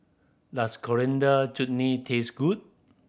does Coriander Chutney taste good